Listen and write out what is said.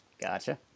gotcha